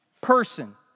person